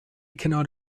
cannot